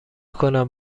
کنم